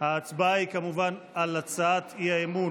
הצבעה היא כמובן על הצעת האי-אמון,